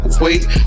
wait